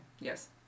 Yes